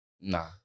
Nah